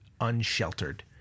unsheltered